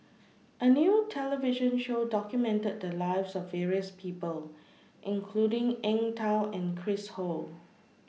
A New television Show documented The Lives of various People including Eng Tow and Chris Ho